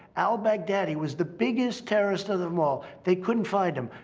al-baghdadi was the biggest terrorist of them all. they couldn't find him.